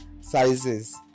sizes